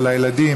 על הילדים,